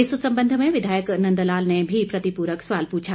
इस सम्बंध में विधायक नंदलाल ने भी प्रतिपूरक सवाल पूछा